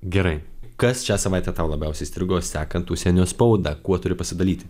gerai kas šią savaitę tau labiausiai įstrigo sekant užsienio spaudą kuo turiu pasidalyti